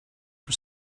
for